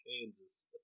Kansas